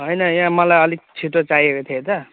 होइन यहाँ मलाई अलिक छिटो चाहिएको थियो त